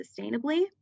sustainably